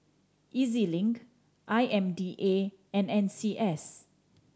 E Z Link I M D A and N C S